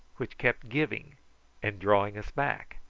which kept giving and drawing us back.